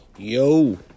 Yo